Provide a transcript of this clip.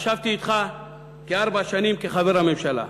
ישבתי אתך כארבע שנים כחבר הממשלה.